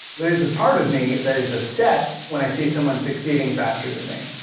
there is a part of me, that is upset, when i see someone succeeding faster than me.